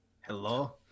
Hello